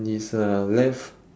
is a left